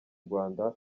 rwanda